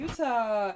Utah